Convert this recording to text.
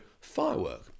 firework